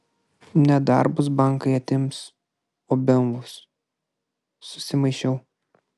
ne darbus bankai atims o bemvus susimaišiau